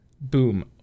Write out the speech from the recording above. boom